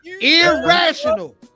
irrational